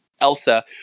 Elsa